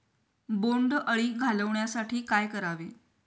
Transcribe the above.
बोंडअळी घालवण्यासाठी काय करावे?